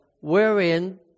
wherein